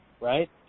right